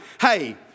hey